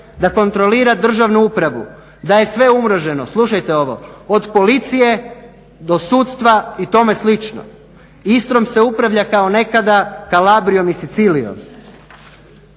da kontrolira državnu upravu, da je sve umreženo, slušajte ovo, od policije do sudstva i tome slično. Istrom se upravlja kao nekada Kalabrijom i Sicilijom.